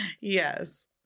yes